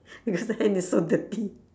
the other hand is so dirty